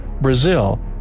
Brazil